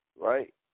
Right